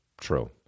True